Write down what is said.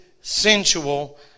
sensual